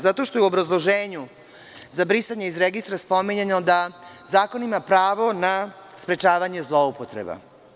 Zato što je u obrazloženju za brisanje iz registra spominjano da zakon ima pravo na sprečavanje zloupotreba.